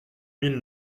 mille